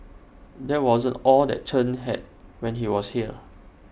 that wasn't all that Chen had when he was here